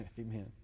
Amen